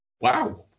Wow